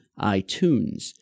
iTunes